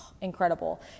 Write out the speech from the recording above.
incredible